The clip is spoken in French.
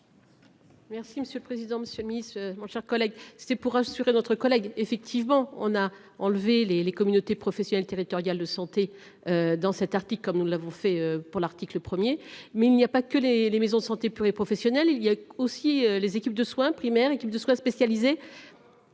Merci monsieur le président, Monsieur le Ministre, mon cher collègue, c'était pour assurer notre collègue effectivement on a enlevé les, les communautés professionnelles territoriales de santé. Dans cet article, comme nous l'avons fait. Pour l'article 1er mais il n'y a pas que les, les maisons de santé pluri-professionnelles. Il y a aussi les équipes de soins primaires, équipes de soins spécialisés.